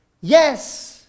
Yes